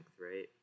right